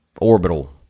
orbital